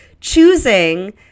choosing